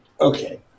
Okay